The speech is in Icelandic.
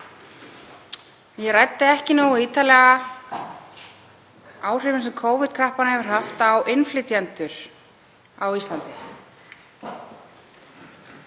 ég ræddi ekki nógu ítarlega áhrifin sem Covid-kreppan hefur haft á innflytjendur á Íslandi.